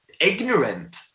ignorant